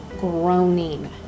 groaning